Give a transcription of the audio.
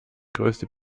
größte